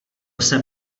jsem